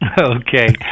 Okay